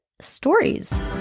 stories